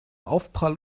aufprall